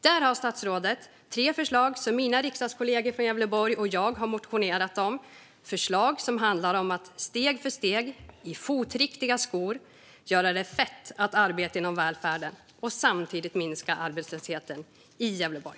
Där har statsrådet tre förslag som mina riksdagskollegor från Gävleborg och jag har motionerat om. Det är förslag som handlar om att steg för steg, i fotriktiga skor, göra det fett att arbeta inom välfärden och samtidigt minska arbetslösheten i Gävleborg.